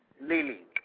Lily